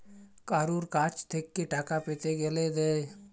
কারুর কাছ থেক্যে টাকা পেতে গ্যালে দেয়